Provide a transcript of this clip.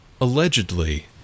allegedly